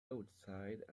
outside